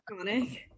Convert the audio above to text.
iconic